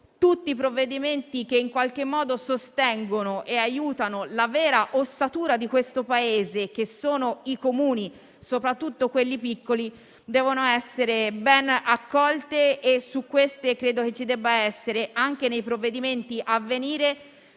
tutti i provvedimenti che in qualche modo sostengono e aiutano la vera ossatura di questo Paese, cioè i Comuni, soprattutto quelli piccoli, devono essere accolti. Credo che ci debba essere, anche nei provvedimenti a venire,